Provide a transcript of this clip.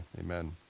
amen